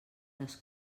les